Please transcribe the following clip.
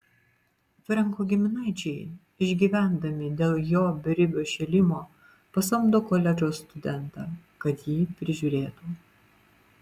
frenko giminaičiai išgyvendami dėl jo beribio šėlimo pasamdo koledžo studentą kad jį prižiūrėtų